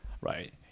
right